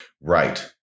Right